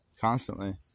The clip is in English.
constantly